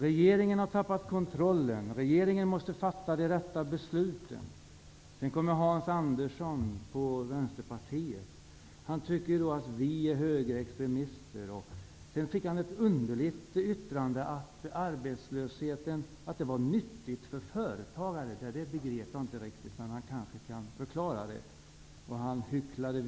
Regeringen har tappat kontrollen. Regeringen måste fatta de rätta besluten. Sedan kom Hans Andersson, Vänsterpartiet. Han tyckte att vi är högerextremister. Han sade vidare i ett underligt uttalande att arbetslösheten är nyttig för företagare. Det begrep jag inte riktigt, men han kanske kan förklara vad han menade.